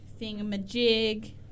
thingamajig